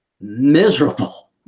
miserable